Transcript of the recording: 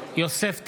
יוסף טייב,